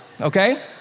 okay